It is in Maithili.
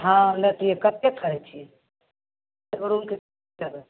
हँ लैतियै कते कहै छियै एगो रूमके कते लेबै